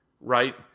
right